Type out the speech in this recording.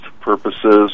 purposes